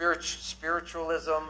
spiritualism